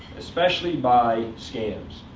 especially by scams,